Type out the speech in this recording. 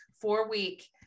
four-week